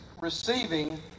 receiving